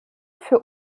für